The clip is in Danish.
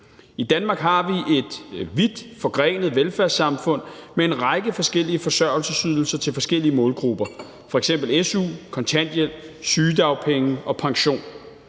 I Danmark har vi et vidtforgrenet velfærdssamfund med en række forskellige forsørgelsesydelser til forskellige målgrupper, f.eks. su, kontanthjælp, sygedagpenge og pension.